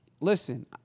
listen